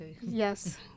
yes